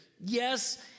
yes